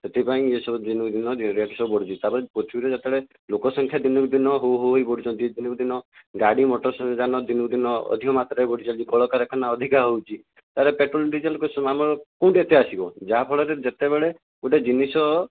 ସେଥିପାଇଁ ଏସବୁ ଦିନକୁ ଦିନ ରେଟ୍ ସବୁ ବଢ଼ୁଛି ତା'ପରେ ପୃଥିବୀରେ ଯେତେବେଳେ ଲୋକସଂଖ୍ୟା ଦିନକୁ ଦିନ ଯେତେବେଳେ ହୋ ହୋ ହୋଇ ବଢ଼ୁଛନ୍ତି ଦିନକୁ ଦିନ ଗାଡ଼ି ମୋଟର ଯାନ ଦିନକୁ ଦିନ ଅଧିକ ମାତ୍ରାରେ ବଢ଼ୁଛନ୍ତି କଳଖାନା ଅଧିକ ହେଉଛି ତା'ହେଲେ ପେଟ୍ରୋଲ ଡିଜେଲ ଆମର କେଉଁଠୁ ଏତେ ଆସିବ ଯାହାଫଳରେ ଯେତେବେଳେ ଗୋଟିଏ ଜିନିଷ